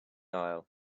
aisle